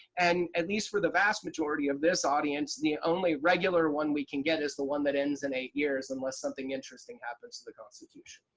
and at least for the vast majority of this audience, the only regular one we can get is the one that ends in eight years unless something interesting happens to the constitution.